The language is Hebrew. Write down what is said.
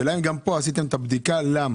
גם פה עשיתם את הבדיקה למה?